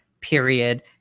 period